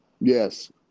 Yes